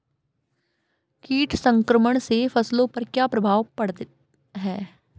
कीट संक्रमण से फसलों पर क्या प्रभाव पड़ता है?